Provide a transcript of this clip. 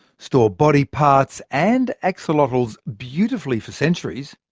store body parts and axolotls beautifully for centuries,